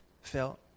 felt